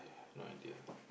no idea